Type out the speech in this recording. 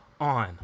on